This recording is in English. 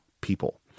people